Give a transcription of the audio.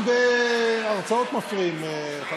גם בהרצאות מפריעים.